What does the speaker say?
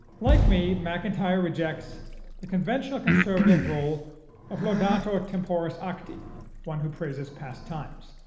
like me, macintyre rejects the conventional conservative role of laudator temporis acti one who praises past times.